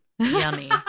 Yummy